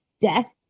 death